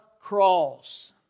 cross